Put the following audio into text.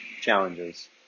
challenges